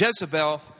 Jezebel